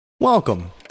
Welcome